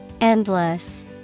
Endless